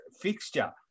fixture